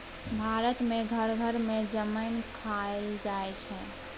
भारत मे घर घर मे जमैन खाएल जाइ छै